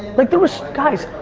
like there was, guys,